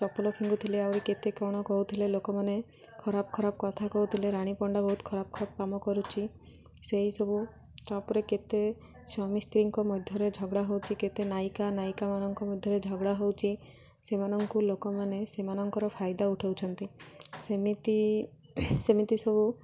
ଚପଲ ଫିଙ୍ଗୁଥିଲେ ଆହୁରି କେତେ କ'ଣ କହୁଥିଲେ ଲୋକମାନେ ଖରାପ ଖରାପ କଥା କହୁଥିଲେ ରାଣୀ ପଣ୍ଡା ବହୁତ ଖରାପ ଖରାପ କାମ କରୁଛି ସେଇସବୁ ତା'ପରେ କେତେ ସ୍ୱାମୀ ସ୍ତ୍ରୀଙ୍କ ମଧ୍ୟରେ ଝଗଡ଼ା ହେଉଛି କେତେ ନାୟିକା ନାୟିକାମାନଙ୍କ ମଧ୍ୟରେ ଝଗଡ଼ା ହେଉଛି ସେମାନଙ୍କୁ ଲୋକମାନେ ସେମାନଙ୍କର ଫାଇଦା ଉଠଉଛନ୍ତି ସେମିତି ସେମିତି ସବୁ